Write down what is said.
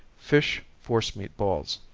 fish force meat balls.